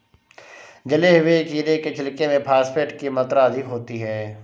जले हुए खीरे के छिलके में फॉस्फेट की मात्रा अधिक होती है